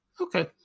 Okay